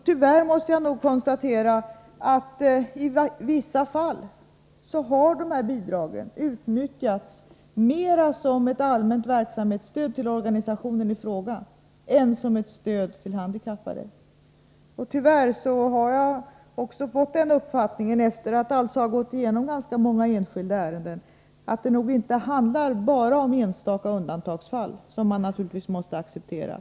Tyvärr måste jag konstatera att dessa bidrag i vissa fall utnyttjats mera som ett allmänt verksamhetsstöd till organisationen i fråga än som ett stöd till handikappade. Tyvärr har jag också fått den uppfattningen — efter att ha gått igenom många enskilda ärenden — att det inte bara handlar om enstaka undantagsfall, som man naturligtvis måste acceptera.